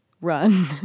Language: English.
run